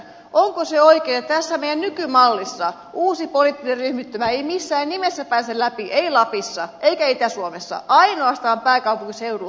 onko se oikein että tässä meidän nykymallissamme uusi poliittinen ryhmittymä ei missään nimessä pääse läpi ei lapissa eikä itä suomessa ainoastaan pääkaupunkiseudulla